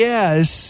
Yes